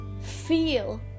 feel